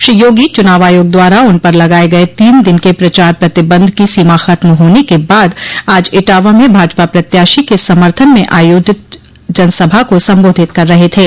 श्री योगी चुनाव आयोग द्वारा उन पर लगाये गये तीन दिन के प्रचार प्रतिबंध की सीमा खत्म होने के बाद आज इटावा में भाजपा प्रत्याशी के समर्थन में आयोजित जनसभा को संबोधित कर रहे थे